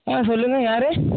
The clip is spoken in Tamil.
ஆ சொல்லுங்கள் யார்